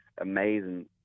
amazing